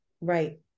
Right